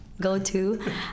go-to